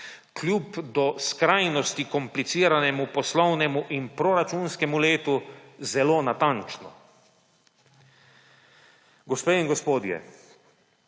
kljub do skrajnosti kompliciranemu poslovnemu in proračunskemu letu zelo natančno. Gospe in gospodje!